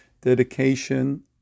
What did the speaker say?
dedication